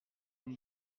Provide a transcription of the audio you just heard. une